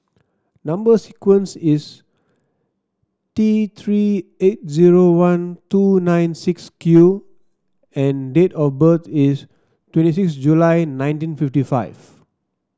number sequence is T Three eight zero one two nine six Q and date of birth is twenty six July nineteen fifty five